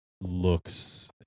looks